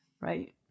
right